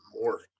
more